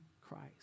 Christ